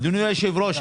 אדוני יושב הראש,